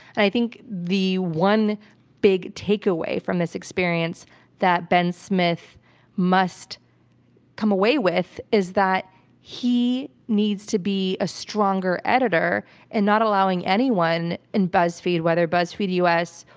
i think the one big takeaway from this experience that ben smith must come away with is that he needs to be a stronger editor in and not allowing anyone in buzzfeed, whether buzzfeed u. s.